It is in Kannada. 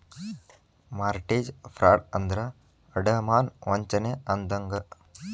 ಮಾರ್ಟೆಜ ಫ್ರಾಡ್ ಅಂದ್ರ ಅಡಮಾನ ವಂಚನೆ ಅಂದಂಗ